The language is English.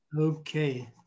Okay